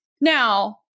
Now